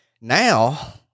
now